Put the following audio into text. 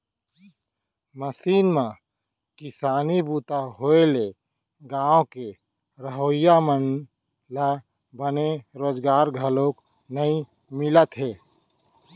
machine म किसानी बूता होए ले गॉंव के रहवइया मन ल बने रोजगार घलौ नइ मिलत हे